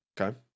okay